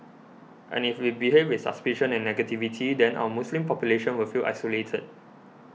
and if we behave with suspicion and negativity then our Muslim population will feel isolated